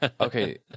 Okay